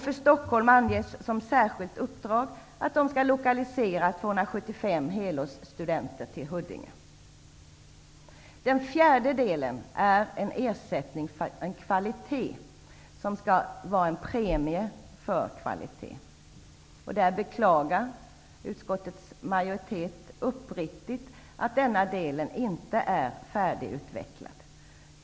För Stockholm anges som särskilt uppdrag att 275 helårsstudenter skall lokaliseras till Den fjärde delen gäller ersättning för kvalitet, i form av en premie för kvalitet. Utskottets majoritet beklagar uppriktigt att den delen inte är färdigutvecklad.